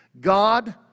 God